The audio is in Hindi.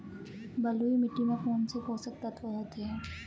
बलुई मिट्टी में कौनसे पोषक तत्व होते हैं?